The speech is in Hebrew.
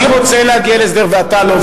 אני רוצה להגיע להסדר ואתה לא,